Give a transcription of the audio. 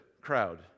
crowd